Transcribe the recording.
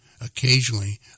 Occasionally